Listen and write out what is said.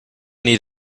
need